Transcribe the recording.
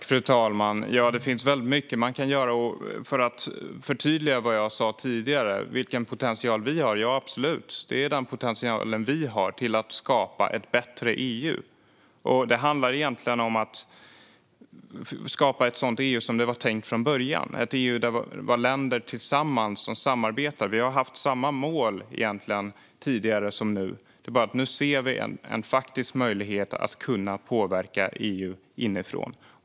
Fru talman! Det finns mycket man kan göra. Låt mig förtydliga vad jag sa tidigare. Det finns absolut en potential. Det är den potential vi har för att skapa ett bättre EU. Det handlar egentligen om att skapa ett EU sådant det var tänkt från början, det vill säga ett EU som består av länder som samarbetar. Vi har haft samma mål tidigare liksom nu, men nu ser vi en faktisk möjlighet att kunna påverka EU inifrån.